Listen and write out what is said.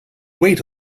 wait